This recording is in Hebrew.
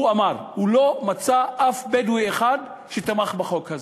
הוא אמר, הוא לא מצא אף בדואי אחד שתמך בחוק הזה.